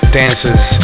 dancers